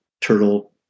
turtle